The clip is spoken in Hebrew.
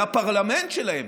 לפרלמנט שלהם,